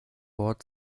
ort